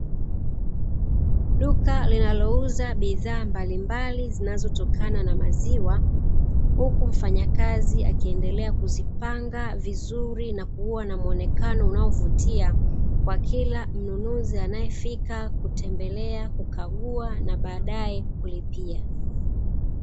Duka linalouza bidhaa mbalimbali zinazotokana na maziwa. Huku mfanyakazi akiendelea kuzipanga vizuri na kuwa na muonekano unaovutia, kwa kila mnunuzi anayefika kutembelea, kukagua na baadaye kulipia.